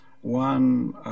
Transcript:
one